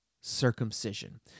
circumcision